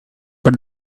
but